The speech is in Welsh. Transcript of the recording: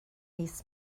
mis